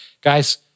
Guys